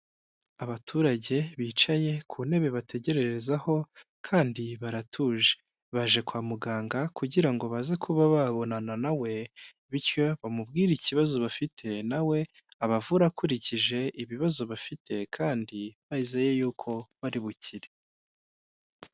Abaturage bicaye ku ntebe bategererezaho kandi baratuje. Baje kwa muganga, kugira ngo baze kuba babonana na we, bityo bamubwire ikibazo bafite nawe abavure akurikije ibibazo bafite, kandi bizeye yuko bari bukire.